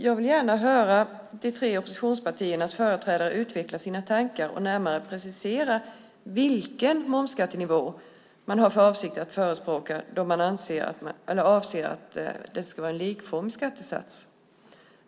Jag vill gärna höra de tre oppositionspartiernas företrädare utveckla sina tankar och närmare precisera vilken momsskattenivå som de har för avsikt att förespråka då de talar om en likformig skattesats.